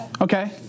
Okay